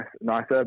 nicer